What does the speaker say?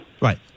Right